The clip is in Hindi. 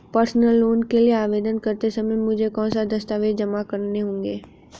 पर्सनल लोन के लिए आवेदन करते समय मुझे कौन से दस्तावेज़ जमा करने होंगे?